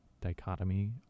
dichotomy